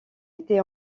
était